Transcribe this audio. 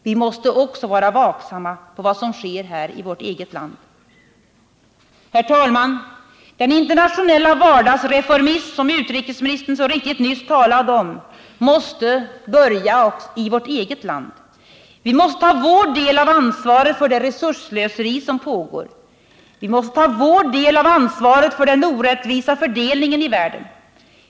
Vi måste också vara vaksamma på vad som sker här i vårt eget land. Herr talman! Den internationella vardagsreformism som utrikesministern så riktigt nyss talade om måste börja i vårt eget land. Vi måste ta vår del av ansvaret för det resursslöseri som pågår. Vi måste ta vår del av ansvaret för den orättvisa fördelningen i världen.